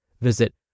Visit